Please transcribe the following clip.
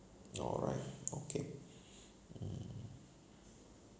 alright okay mm